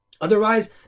Otherwise